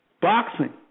boxing